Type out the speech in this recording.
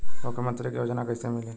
मुख्यमंत्री के योजना कइसे मिली?